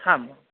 हां